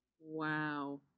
Wow